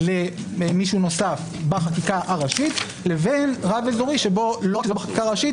למישהו נוסף בחקיקה הראשית לבין רב אזורי שלא רק שהוא לא בחקיקה הראשית,